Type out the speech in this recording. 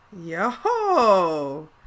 Yo